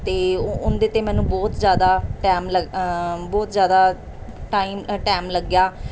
ਅਤੇ ਉ ਉਹਦੇ 'ਤੇ ਮੈਨੂੰ ਬਹੁਤ ਜ਼ਿਆਦਾ ਟੈਮ ਲ ਬਹੁਤ ਜ਼ਿਆਦਾ ਟਾਈਮ ਟੈਮ ਲੱਗਿਆ